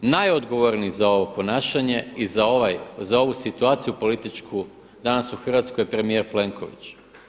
Najodgovorniji za ovo ponašanje i za ovu situaciju političku danas u Hrvatskoj je premijer Plenković.